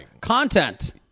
Content